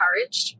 encouraged